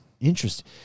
Interesting